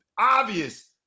obvious